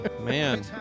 Man